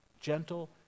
Gentle